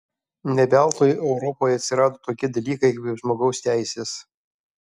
ne veltui europoje atsirado tokie dalykai kaip žmogaus teisės